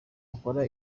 akora